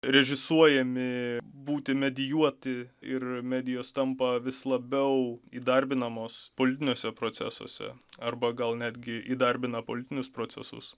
režisuojami būti medijuoti ir medijos tampa vis labiau įdarbinamos politiniuose procesuose arba gal netgi įdarbina politinius procesus